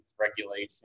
regulation